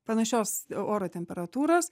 panašios oro temperatūros